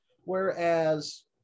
Whereas